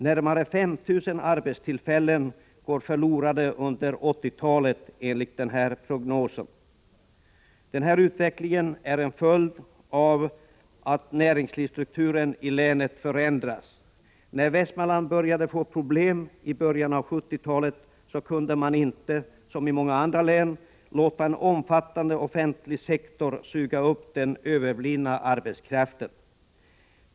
Närmare 5 000 arbetstillfällen går förlorade under 1980-talet, enligt den prognos som gjorts. Denna utveckling är en följd av att näringslivsstrukturen i länet förändras. När Västmanland började få problem i början av 1970-talet kunde man inte, som i många andra län, låta en omfattande offentlig sektor suga upp den överblivna arbetskraften.